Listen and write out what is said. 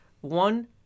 one